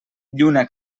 lluna